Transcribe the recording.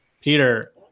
Peter